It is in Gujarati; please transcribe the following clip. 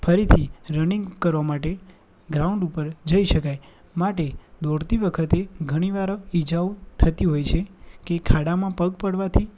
ફરીથી રનિંગ કરવા માટે ગ્રાઉન્ડ ઉપર જઈ શકાય માટે દોડતી વખતે ઘણી વાર ઈજાઓ થતી હોય છે કે ખાડામાં પગ પડવાથી